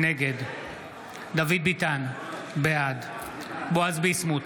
נגד דוד ביטן, בעד בועז ביסמוט,